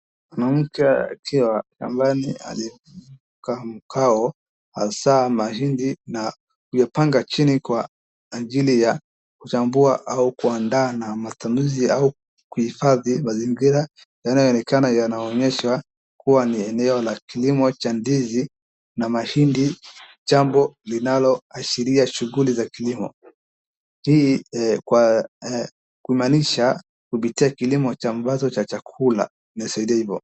Mwanamke akiwa shambani alikamkao hasaa mahindi na amepanga chini kwa ajili ya kuchambua au kuandaa na matumizi au kuhifadhi, mazingira yanayoonekana yanaonyesha kuwa ni eneo la kilimo cha ndizi na mahindi jambo linaloashiria shughuli za kilimo, kumaanisha kupitia kilimo ambacho cha chakula inasaidia hivo. hii kumaanisha kupitia kilimo inasaidia hivo.